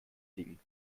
ding